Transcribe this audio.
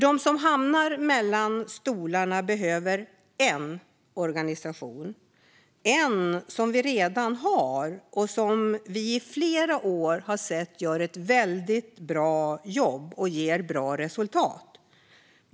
De som hamnar mellan stolarna behöver en organisation - en organisation som vi redan har och som vi i flera år har sett gör ett väldigt bra jobb och ger bra resultat.